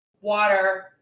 water